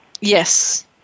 Yes